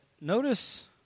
notice